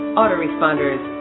autoresponders